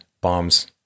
bombs